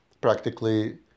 practically